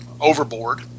overboard